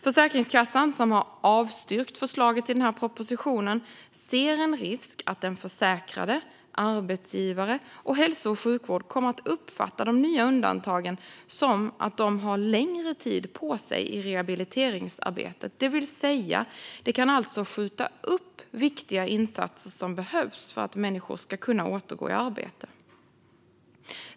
Försäkringskassan, som har avstyrkt förslaget i den här propositionen, ser en risk att försäkrade, arbetsgivare och hälso och sjukvård kommer att uppfatta de nya undantagen som att de har längre tid på sig i rehabiliteringsarbetet, det vill säga att de kan skjuta upp viktiga insatser som behövs för att människor ska kunna återgå i arbete.